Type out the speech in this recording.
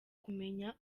kumenya